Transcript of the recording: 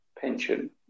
pension